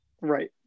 Right